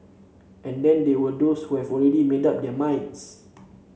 and then there were those who have already made up their minds